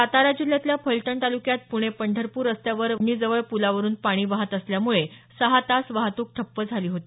सातारा जिल्ह्यातल्या फलटण तालुक्यात पुणे पंढरपूर रस्त्यावर वीडणीजवळ पुलावरुन पाणी वाहत असल्यामुळे सहा तास वाहतूक ठप्प झाली होती